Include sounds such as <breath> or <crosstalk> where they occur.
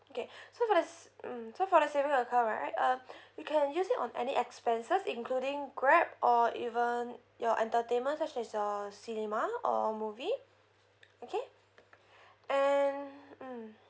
okay <breath> so for the s~ mm so for saving account right um <breath> you can use it on any expenses including Grab or even your entertainment such as your cinema or movie okay and mm